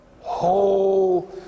Whole